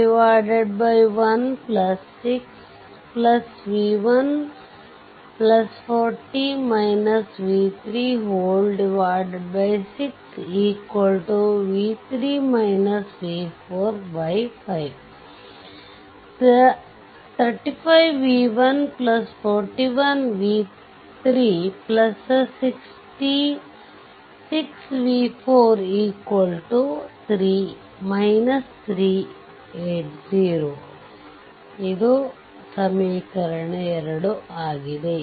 1 6 v140 v36 5 35v141v36v4 380